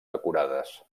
decorades